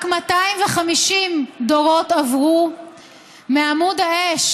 רק מאתיים וחמישים דורות עברו מעמוד האש